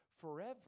forever